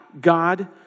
God